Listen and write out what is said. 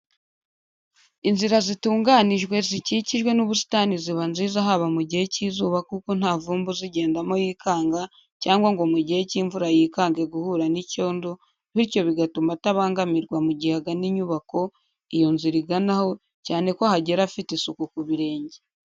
Inzira zitunganijwe zikikijwe n'ubusitani ziba nziza haba mu gihe cy'izuba kuko nta vumbi uzigendamo yikanga cyangwa ngo mu gihe cy'imvura yikange guhura n'icyondo bityo bigatuma atabangamirwa mu gihe agana inyubako iyo nzira iganaho cyane ko ahagera afite isuku ku birenge.